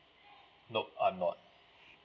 nope I'm not